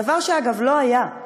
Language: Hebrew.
דבר שאגב לא היה,